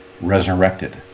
resurrected